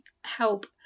help